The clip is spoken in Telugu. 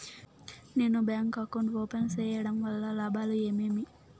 నేను బ్యాంకు అకౌంట్ ఓపెన్ సేయడం వల్ల లాభాలు ఏమేమి?